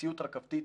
מציאות רכבתית